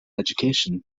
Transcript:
education